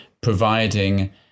providing